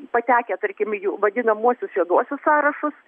patekę tarkim į jų vadinamuosius juoduosius sąrašus